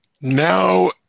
Now